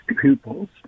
pupils